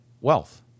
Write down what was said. wealth